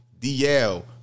DL